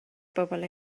bobl